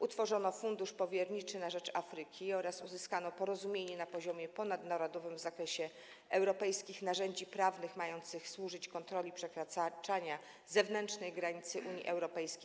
Utworzono fundusz powierniczy na rzecz Afryki oraz osiągnięto porozumienie na poziomie ponadnarodowym w zakresie europejskich narzędzi prawnych mających służyć kontroli przekraczania zewnętrznej granicy Unii Europejskiej.